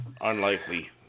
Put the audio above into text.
Unlikely